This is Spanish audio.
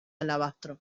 alabastro